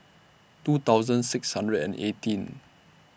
two thousand six hundred and eighteen